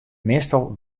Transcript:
meastal